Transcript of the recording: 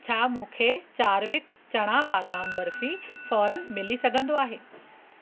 छा मूंखे चारविक चणा बादाम बर्फी फ़ौरन मिली सघंदो आहे